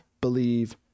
believe